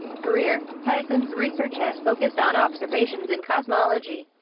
career tyson's research has focused on observations in cosmology,